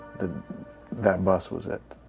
that that bus was it,